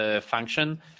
function